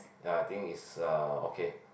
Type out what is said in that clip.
ya I think is uh okay